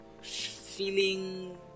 feeling